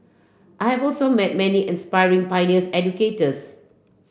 I have also met many inspiring pioneer educators